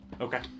okay